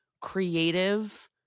creative